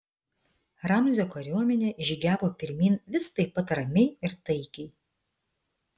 ramzio kariuomenė žygiavo pirmyn vis taip pat ramiai ir taikiai